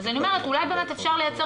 אז אני אומרת שאולי באמת אפשר לייצר